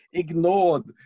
ignored